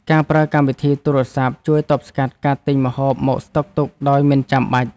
ការប្រើកម្មវិធីទូរសព្ទ ជួយទប់ស្កាត់ការទិញម្ហូបមកស្តុកទុកដោយមិនចាំបាច់។